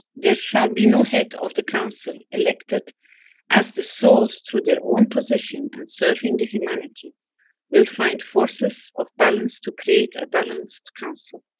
there shall be no head of the council elected as the souls through their own position and serving the humanity will find forces of balance to create a balanced council.